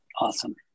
Awesome